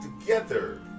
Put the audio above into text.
together